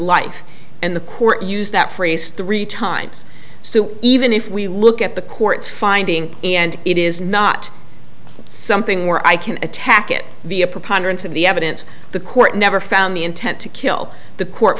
life and the court used that phrase three times so even if we look at the court's finding and it is not something where i can attack it be a preponderance of the evidence the court never found the intent to kill the court